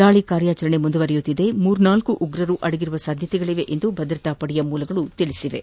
ದಾಳಿ ಕಾರ್ಯಾಚರಣೆ ಮುಂದುವರಿದಿದ್ದು ಮೂರ್ನಾಲ್ಕು ಉಗ್ರರು ಅಡಗಿರುವ ಸಾಧ್ಯತೆಗಳಿವೆ ಎಂದು ಭದ್ರತಾ ಪಡೆ ಮೂಲಗಳು ತಿಳಿಸಿವೆ